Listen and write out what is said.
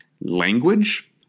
language